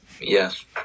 Yes